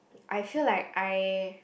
I feel like I